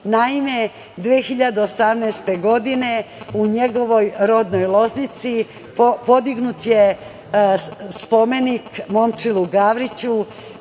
vlast. Naime, 2018. godine u njegovoj rodnoj Loznici podignut je spomenik Momčilu Gavriću,